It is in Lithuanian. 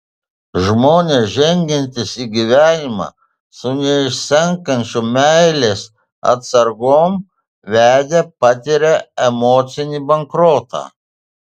žmonės žengiantys į gyvenimą su neišsenkančiom meilės atsargom vedę patiria emocinį bankrotą